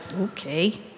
okay